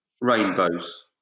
rainbows